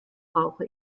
brauche